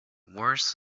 worse